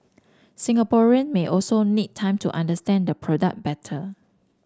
Singaporean may also need time to understand the product better